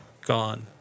gone